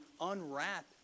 unwrap